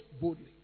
boldly